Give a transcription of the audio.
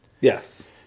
Yes